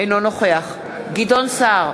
אינו נוכח גדעון סער,